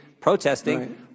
protesting